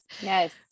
Yes